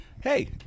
Hey